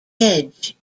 edge